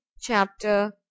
Chapter